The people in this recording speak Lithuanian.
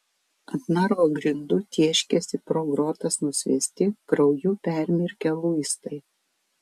ant narvo grindų tėškėsi pro grotas nusviesti krauju permirkę luistai